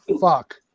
fuck